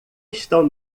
estão